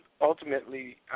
ultimately